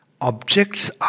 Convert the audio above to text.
Objects